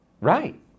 Right